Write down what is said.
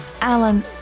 Alan